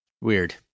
Weird